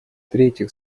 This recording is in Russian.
третьих